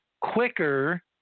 quicker